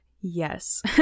Yes